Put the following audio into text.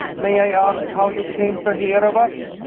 may i ask how you came to hear of us?